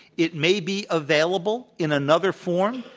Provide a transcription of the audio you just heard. it may be available in another form,